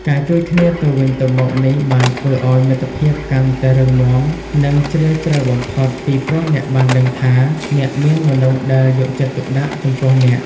ការជួយគ្នាទៅវិញទៅមកនេះបានធ្វើឱ្យមិត្តភាពកាន់តែរឹងមាំនិងជ្រាលជ្រៅបំផុត ពីព្រោះអ្នកបានដឹងថា អ្នកមានមនុស្សដែលយកចិត្តទុកដាក់ចំពោះអ្នក។